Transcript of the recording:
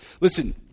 listen